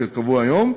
כקבוע היום,